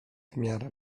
miarę